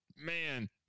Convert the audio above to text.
man